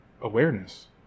awareness